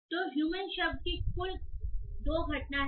तो ह्यूमन शब्द की कुल 2 घटना है